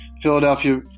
Philadelphia